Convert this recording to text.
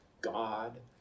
God